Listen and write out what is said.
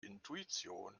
intuition